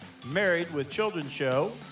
marriedwithchildrenshow